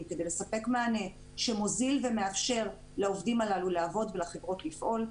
כדי לספק מענה שמוזיל ומאפשר לעובדים הללו לעבוד ולחברות לפעול.